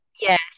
Yes